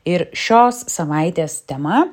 ir šios savaitės tema